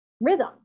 rhythm